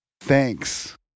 thanks